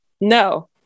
No